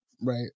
Right